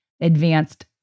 advanced